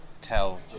tell